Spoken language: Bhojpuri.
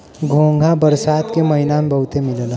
घोंघा बरसात के महिना में बहुते मिलला